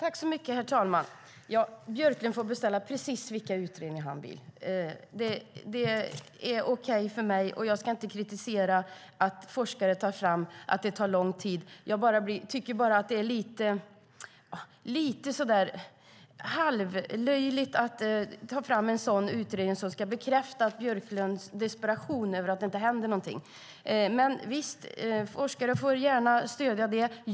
Herr talman! Björklund får beställa precis vilka utredningar han vill. Det är okej för mig, och jag ska inte kritisera att forskare tar fram att det tar lång tid. Jag tycker bara att det är lite halvlöjligt att ta fram en utredning som ska bekräfta Björklunds desperation över att det inte händer någonting. Men visst, forskare får gärna stödja det.